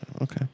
Okay